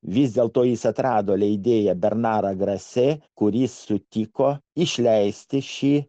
vis dėlto jis atrado leidėją bernarą grase kuris sutiko išleisti šį